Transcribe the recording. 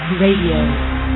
Radio